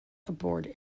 board